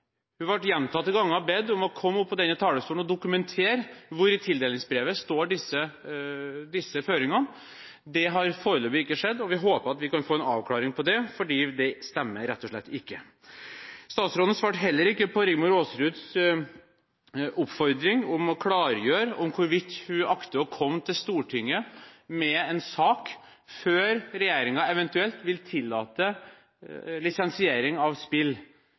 Hun ble gjentatte ganger bedt om å komme opp på denne talerstolen og dokumentere hvor i tildelingsbrevet disse føringene står. Det har foreløpig ikke skjedd, og vi håper at vi får en avklaring på det, for det stemmer rett og slett ikke. Statsråden svarte heller ikke på Rigmor Aasruds oppfordring om å klargjøre hvorvidt hun akter å komme til Stortinget med en sak før regjeringen eventuelt vil tillate lisensiering av spill.